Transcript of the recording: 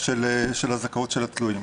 של הזכאות של התלויים.